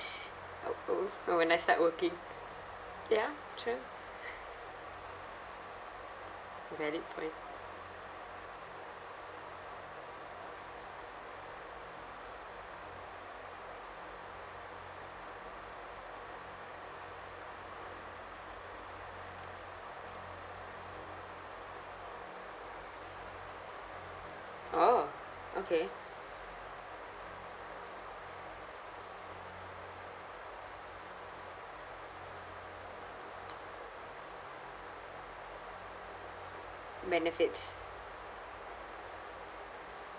oo oo orh when I start working ya true to get it point orh okay benefits